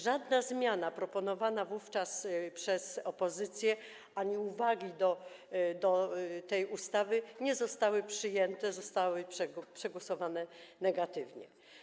Żadna zmiana proponowana wówczas przez opozycję, żadne uwagi do tej ustawy nie zostały przyjęte, zostały przegłosowane negatywnie.